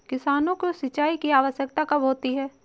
किसानों को सिंचाई की आवश्यकता कब होती है?